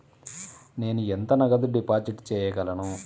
నేను ఎంత నగదు డిపాజిట్ చేయగలను?